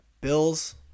Bills